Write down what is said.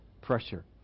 pressure